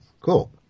cool